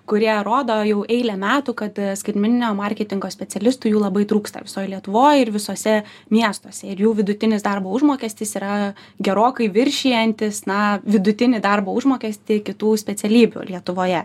kurie rodo jau eilę metų kad skaitmeninio marketingo specialistų jų labai trūksta visoj lietuvoj ir visuose miestuose ir jų vidutinis darbo užmokestis yra gerokai viršijantis na vidutinį darbo užmokestį kitų specialybių lietuvoje